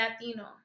Latino